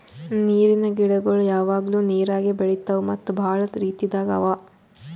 ನೀರಿನ್ ಗಿಡಗೊಳ್ ಯಾವಾಗ್ಲೂ ನೀರಾಗೆ ಬೆಳಿತಾವ್ ಮತ್ತ್ ಭಾಳ ರೀತಿದಾಗ್ ಅವಾ